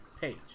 page